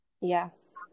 yes